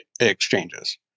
exchanges